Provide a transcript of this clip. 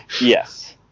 Yes